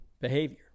behavior